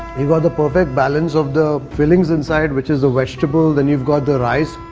you've got the perfect balance of the fillings inside which is the vegetables. then you've got the rice.